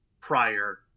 prior